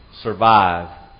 survive